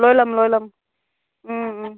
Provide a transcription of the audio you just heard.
লৈ ল'ম লৈ ল'ম